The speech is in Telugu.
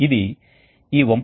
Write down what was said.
ఇవి త్రిభుజాకార మార్గాలు